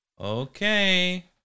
Okay